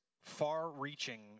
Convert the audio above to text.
far-reaching